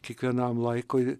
kiekvienam laikui